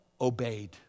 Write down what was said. obeyed